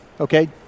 Okay